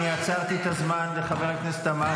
אני עצרתי את הזמן לחבר הכנסת עמאר,